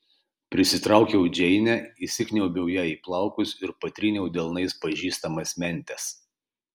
prisitraukiau džeinę įsikniaubiau jai į plaukus ir patryniau delnais pažįstamas mentes